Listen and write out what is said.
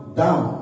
down